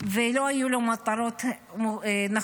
ולא היו לו מטרות נכונות,